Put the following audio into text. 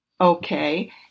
Okay